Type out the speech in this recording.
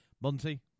Monty